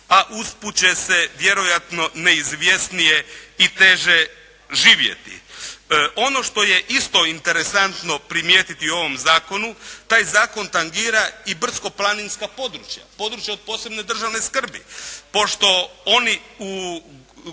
a usput će se vjerojatno neizvjesnije i teže živjeti. Ono što je isto interesantno primijetiti u ovom zakonu, taj zakon tangira i brdsko-planinska područja, područja od posebne državne skrbi. Pošto oni